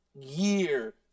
year